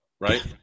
Right